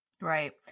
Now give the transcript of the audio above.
Right